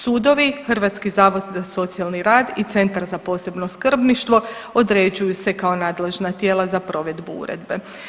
Sudovi, Hrvatski zavod za socijalni rad i Centar za posebno skrbništvo određuju se kao nadležna tijela za provedbu uredbe.